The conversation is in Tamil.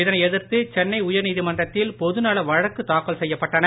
இதனைஎதிர்த்துசென்னைஉயர்நீதிமன்றத்தில்பொதுநலவழக்குதாக் கல்செய்யப்பட்டன